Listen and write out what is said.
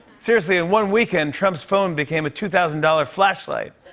seriously, in one weekend, trump's phone became a two thousand dollars flashlight.